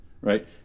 right